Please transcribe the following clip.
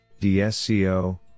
DSCO